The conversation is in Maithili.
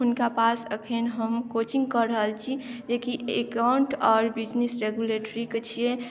हुनका पास एखन हम कोचिंग कऽ रहल छी जे कि एकाउन्ट आओर बिजनेस रेगुलेट्रीके छियै